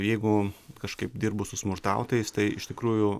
jeigu kažkaip dirbu su smurtautojais tai iš tikrųjų